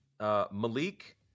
Malik